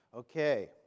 Okay